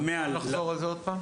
אתה יכול לחזור על זה עוד פעם?